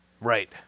Right